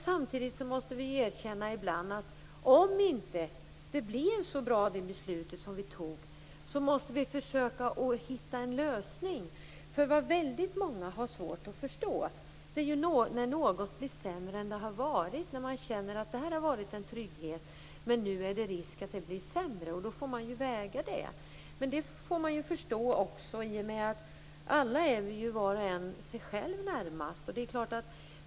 Samtidigt måste vi ibland erkänna att om det beslut vi fattade inte blev så bra, måste vi försöka hitta en lösning. Väldigt många har svårt att känna förståelse när något blir sämre än det har varit. Man känner att det här har varit en trygghet, men nu finns det en risk att det blir sämre. Då får man väga in det. Det får man också förstå; var och en är ju sig själv närmast.